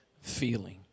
feeling